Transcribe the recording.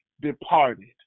departed